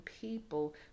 people